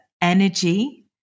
energy